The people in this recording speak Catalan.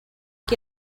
qui